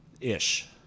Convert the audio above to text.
Ish